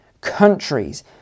countries